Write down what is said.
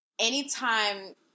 anytime